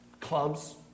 clubs